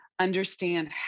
understand